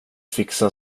fixa